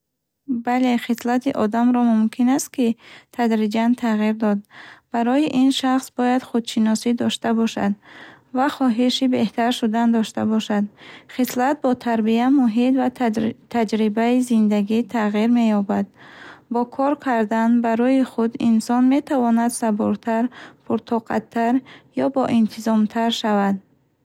Бале, хислати одамро мумкин аст, ки тадриҷан тағйир дод. Барои ин шахс бояд худшиносӣ дошта бошад ва хоҳиши беҳтар шудан дошта бошад. Хислат бо тарбия, муҳит ва тадри таҷрибаи зиндагӣ тағйир меёбад. Бо кор кардан ба рӯи худ, инсон метавонад сабуртар, пуртоқаттар ё боинтизомтар шавад.